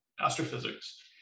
astrophysics